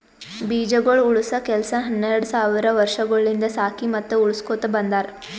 ಬೀಜಗೊಳ್ ಉಳುಸ ಕೆಲಸ ಹನೆರಡ್ ಸಾವಿರ್ ವರ್ಷಗೊಳಿಂದ್ ಸಾಕಿ ಮತ್ತ ಉಳುಸಕೊತ್ ಬಂದಾರ್